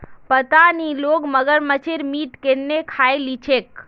पता नी लोग मगरमच्छेर मीट केन न खइ ली छेक